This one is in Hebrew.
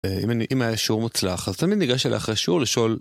אם היה שיעור מוצלח, אז תמיד ניגש אלי אחרי שיעור לשאול.